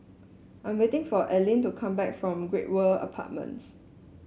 I am waiting for Alene to come back from Great World Apartments